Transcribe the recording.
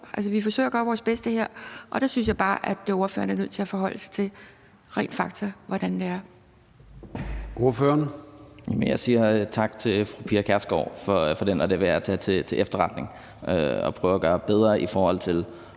vi forsøger at gøre vores bedste her. Og der synes jeg bare, at ordføreren er nødt til at forholde sig til, hvordan det rent